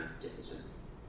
decisions